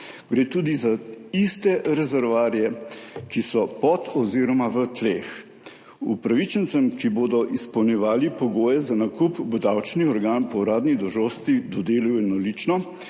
gre tudi za iste rezervoarje, ki so pod oziroma v tleh. Upravičencem, ki bodo izpolnjevali pogoje za nakup, bo davčni organ po uradni dolžnosti dodelil enolično